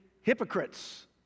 hypocrites